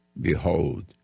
Behold